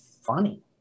funny